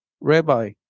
Rabbi